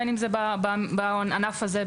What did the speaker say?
בין אם זה בענף הזה,